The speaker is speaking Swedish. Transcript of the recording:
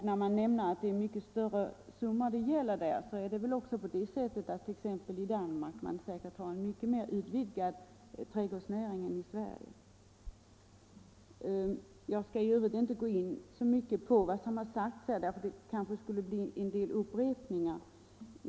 När det talas om att man har mycket större summor där får vi väl också nämna att trädgårdsnäringen t.ex. i Danmark är av mycket större omfattning än i Sverige. Jag skall i övrigt inte gå in så mycket på vad som har sagts här, det skulle kanske bli en del upprepningar.